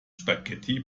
spaghetti